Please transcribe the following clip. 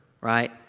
right